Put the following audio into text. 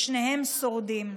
שניהם שורדים.